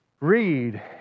read